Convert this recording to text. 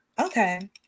Okay